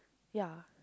ya